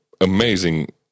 amazing